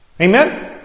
Amen